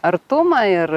artumą ir